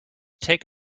take